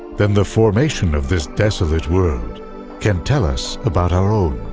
then the formation of this desolate world can tell us about our own.